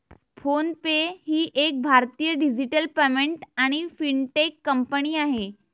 phone पे ही एक भारतीय डिजिटल पेमेंट आणि फिनटेक कंपनी आहे